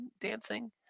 dancing